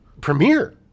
premiere